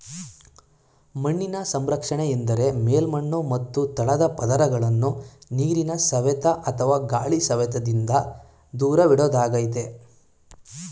ಮಣ್ಣಿನ ಸಂರಕ್ಷಣೆ ಎಂದರೆ ಮೇಲ್ಮಣ್ಣು ಮತ್ತು ತಳದ ಪದರಗಳನ್ನು ನೀರಿನ ಸವೆತ ಅಥವಾ ಗಾಳಿ ಸವೆತದಿಂದ ದೂರವಿಡೋದಾಗಯ್ತೆ